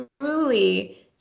truly